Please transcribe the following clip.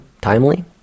timely